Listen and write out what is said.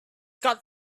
got